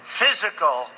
physical